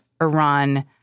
Iran